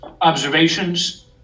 observations